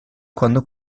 quando